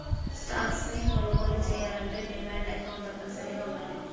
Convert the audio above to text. stocks ని కొనుగోలు చెయ్యాలంటే డీమాట్ అకౌంట్ తప్పనిసరిగా వుండాలి